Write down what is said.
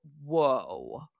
whoa